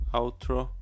outro